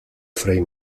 frei